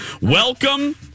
Welcome